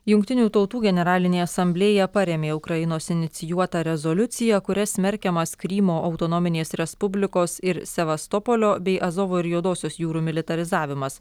jungtinių tautų generalinė asamblėja parėmė ukrainos inicijuotą rezoliuciją kuria smerkiamas krymo autonominės respublikos ir sevastopolio bei azovo ir juodosios jūrų militarizavimas